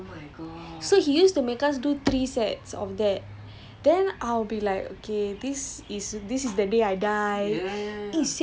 and this is one set leh that is one set so he use to make us to three sets of that